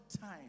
time